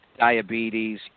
diabetes